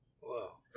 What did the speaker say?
Wow